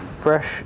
Fresh